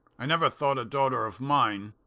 i never thought a daughter of mine